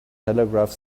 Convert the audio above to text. telegraph